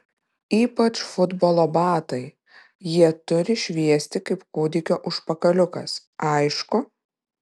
ypač futbolo batai jie turi šviesti kaip kūdikio užpakaliukas aišku